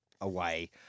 away